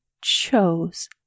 chose